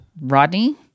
Rodney –